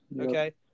Okay